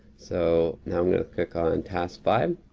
so, now i'm gonna click on task five.